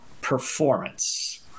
performance